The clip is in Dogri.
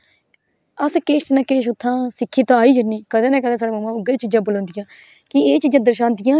अस किश ना किश उत्था दा सिक्खी ते आई जन्नी कंदे ना कंदे साढ़े कन्नै उऐ चीजां बलोंदियां कि एह् चीजां दर्शांदियां अस कि